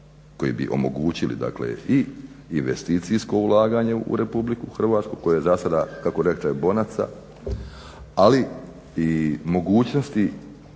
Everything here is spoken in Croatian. koji bi omogućili dakle i investicijsko ulaganje u RH koje je zasada kako reče bonaca ali i mogućnosti